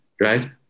right